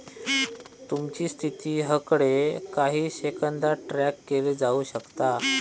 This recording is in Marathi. तुमची स्थिती हकडे काही सेकंदात ट्रॅक केली जाऊ शकता